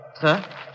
Sir